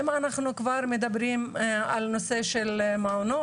אם אנחנו כבר מדברים על נושא של מעונות,